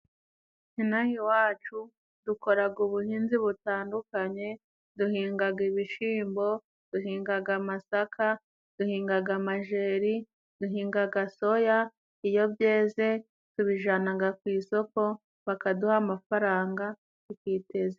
Inaha iwacu dukoraga ubuhinzi butandukanye duhingaga ibishimbo, duhingaga amasaka, duhingaga majeri, duhingaga soya, iyo byeze tubijanaga ku isoko bakaduha amafaranga tukiteza...